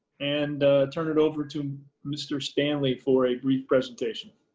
and turn it over to mr. stanley for a brief presentation.